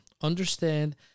Understand